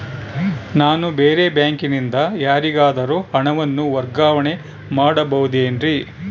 ನಾನು ಬೇರೆ ಬ್ಯಾಂಕಿನಿಂದ ಯಾರಿಗಾದರೂ ಹಣವನ್ನು ವರ್ಗಾವಣೆ ಮಾಡಬಹುದೇನ್ರಿ?